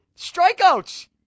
strikeouts